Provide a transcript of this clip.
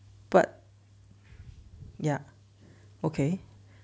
but ya okay